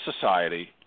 society